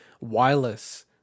wireless